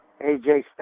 AJ